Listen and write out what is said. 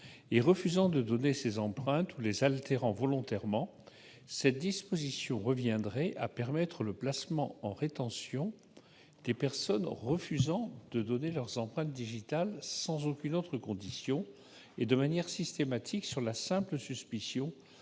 et refusant de donner ses empreintes ou les altérant volontairement. Cette disposition revient à permettre le placement en rétention des personnes qui refusent de donner leurs empreintes digitales, sans aucune autre condition et de manière systématique, sur la simple suspicion